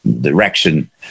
direction